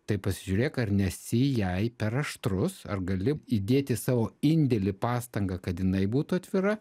tai pasižiūrėk ar nesi jai per aštrus ar gali įdėti savo indėlį pastangą kad jinai būtų atvira